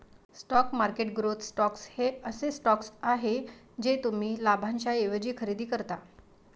stock market growth stocks हे असे stocks आहेत जे तुम्ही लाभांशाऐवजी खरेदी करता